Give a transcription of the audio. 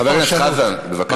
חבר הכנסת חזן, בבקשה.